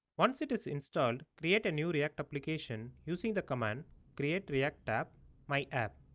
once it is installed create a new react application using the command create-react-app my-app.